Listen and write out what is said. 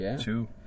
two